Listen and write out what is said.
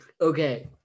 okay